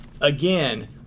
again